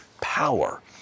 power